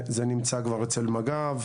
זה נמצא כבר אצל מג"ב,